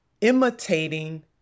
imitating